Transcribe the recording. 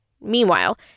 Meanwhile